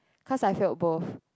cause I failed both